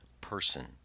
person